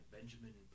Benjamin